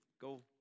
go